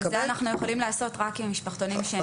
זה אנחנו יכולים לעשות רק עם משפחתונים שהם עם סמל.